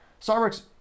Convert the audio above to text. Starbucks